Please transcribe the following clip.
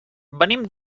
venim